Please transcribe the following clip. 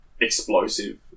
explosive